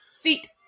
Feet